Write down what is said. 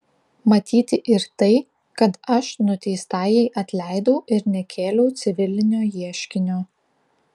matyti ir tai kad aš nuteistajai atleidau ir nekėliau civilinio ieškinio